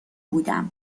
بودم